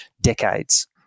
decades